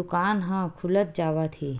दुकान ह खुलत जावत हे